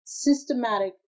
Systematic